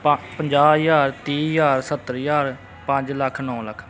ਪੰ ਪੰਜਾਹ ਹਜ਼ਾਰ ਤੀਹ ਹਜ਼ਾਰ ਸੱਤਰ ਹਜ਼ਾਰ ਪੰਜ ਲੱਖ ਨੌ ਲੱਖ